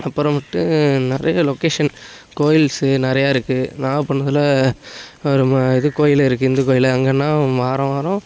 அப்புறம் வந்துட்டு நிறையா லொக்கேஷன் கோயில்ஸு நிறையா இருக்குது நாகப்பட்னத்தில் ஒரு மு இது கோயில் இருக்குது இந்து கோயில் அங்கேன்னா வாரம் வாரம்